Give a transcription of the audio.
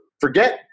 forget